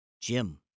Jim